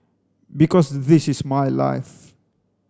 because this is my life